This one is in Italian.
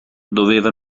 doveva